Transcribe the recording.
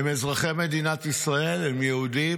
הם אזרחי מדינת ישראל, הם יהודים,